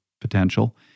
potential